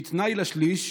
שהיא תנאי לשליש,